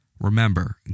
Remember